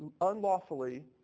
unlawfully